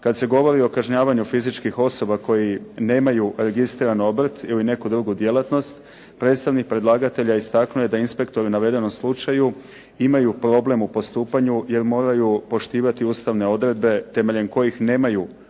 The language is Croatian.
Kada se govori o kažnjavanju fizičkih osoba koje nemaju registriran obrt ili neku drugu djelatnost, predstavnik predlagatelja istaknuo je da inspektori u navedenom slučaju imaju problem u postupanju jer moraju poštivati ustavne odredbe temeljem kojih nemaju